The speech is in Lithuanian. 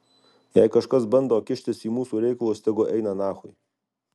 jei kažkas bando kištis į mūsų reikalus tegul eina nachui